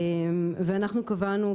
ואנחנו קבענו,